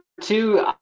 two